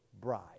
bribe